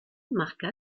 marqua